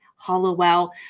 Hollowell